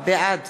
בעד